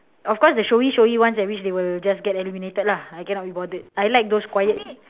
of course the showy showy ones at which they will just get eliminated lah I cannot be bothered I like those quiet